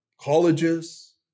colleges